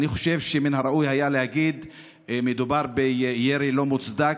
אני חושב שמן הראוי היה להגיד שמדובר בירי לא מוצדק,